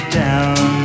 down